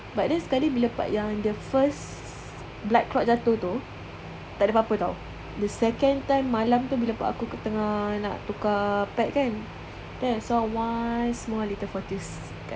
but then sekali bila part yang the first blood clot jatuh tu takde pape [tau] the second time malam tu bila part aku tengah nak tukar pad kan then I saw one small little kat dalam